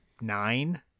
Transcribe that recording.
nine